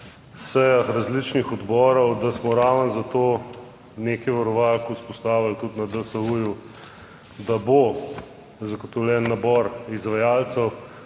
sejah različnih odborov, da smo ravno za to nekaj varovalk vzpostavili tudi na DSU, da bo zagotovljen nabor izvajalcev,